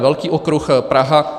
Velký okruh Praha.